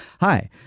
hi